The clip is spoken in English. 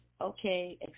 okay